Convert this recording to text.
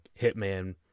Hitman